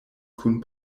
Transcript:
kun